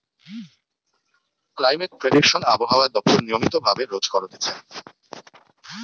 climate prediction আবহাওয়া দপ্তর নিয়মিত ভাবে রোজ করতিছে